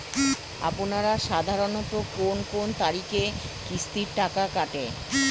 আপনারা সাধারণত কোন কোন তারিখে কিস্তির টাকা কাটে?